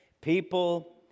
people